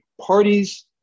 parties